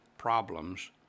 Problems